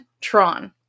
Tron